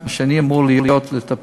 מה שאני אמור לטפל,